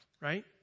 right